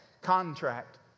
contract